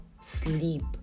sleep